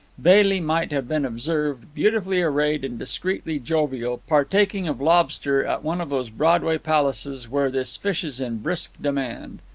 bailey might have been observed, beautifully arrayed and discreetly jovial, partaking of lobster at one of those broadway palaces where this fish is in brisk demand.